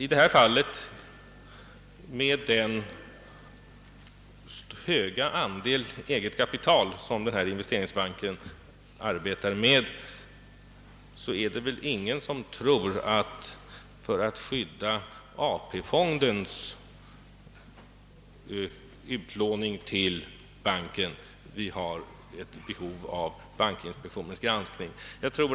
I detta fall, med den höga andel eget kapital som investeringsbanken skall arbeta med, är det väl ingen som tror att vi för att skydda AP-fondens utlåning till banken har ett behov av bankinspektionens granskning.